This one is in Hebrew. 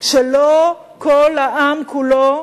כשלא כל העם כולו,